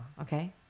Okay